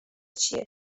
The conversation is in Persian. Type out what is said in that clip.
چیه